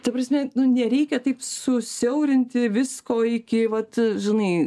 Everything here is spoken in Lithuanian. ta prasme nu nereikia taip susiaurinti visko iki vat žinai